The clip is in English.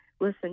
listen